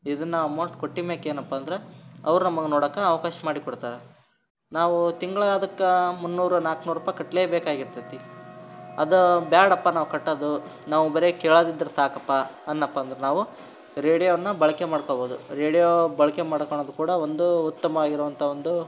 ಇದನ್ನು ಅಮೌಂಟ್ ಕೊಟ್ಟಿದ ಮೇಲೆ ಏನಪ್ಪ ಅಂದ್ರೆ ಅವ್ರು ನಮಗೆ ನೋಡೋಕ್ಕೆ ಅವ್ಕಾಶ ಮಾಡಿಕೊಡ್ತಾರೆ ನಾವು ತಿಂಗಳು ಅದಕ್ಕೆ ಮುನ್ನೂರೋ ನಾಲ್ಕುನೂರು ರುಪಾಯಿ ಕಟ್ಟಲೇ ಬೇಕಾಗಿರ್ತದೆ ಅದೂ ಬೇಡಪ್ಪ ನಾವು ಕಟ್ಟೋದು ನಾವು ಬರೀ ಕೇಳೋದಿದ್ರೆ ಸಾಕಪ್ಪ ಅಂದ್ನಪ್ಪಂದ್ರೆ ನಾವು ರೇಡಿಯೋವನ್ನು ಬಳಕೆ ಮಾಡ್ಕೊಬೋದು ರೇಡಿಯೋ ಬಳಕೆ ಮಾಡಿಕೊಳ್ಳೋದು ಕೂಡ ಒಂದೂ ಉತ್ತಮ ಆಗಿರುವಂಥ ಒಂದು